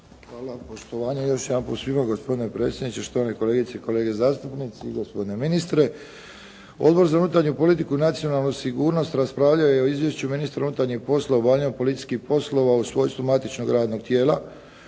Hvala. Poštovanje još jedanput svima gospodine predsjedniče, štovane kolegice i kolege zastupnici, gospodine ministre, Odbor za unutarnju politiku i nacionalnu sigurnost raspravljao je o izvješću ministra unutarnjih poslova o obavljanju policijskih poslova u svojstvu matičnog radnog tijela.